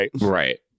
right